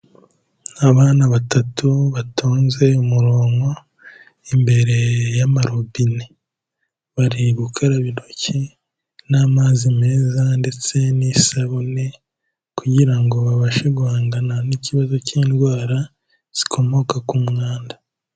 Abana batatu batonze umurongo imbere y'amarobine, bari gukaraba intoki n'amazi meza ndetse n'isabune kugira ngo babashe guhangana n'ikibazo k'indwara zikomoka ku mwanda.